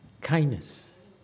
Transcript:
kindness